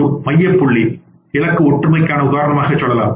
ஒரு மைய புள்ளி இலக்கு ஒற்றுமைக்கான உதாரணமாக சொல்லலாம்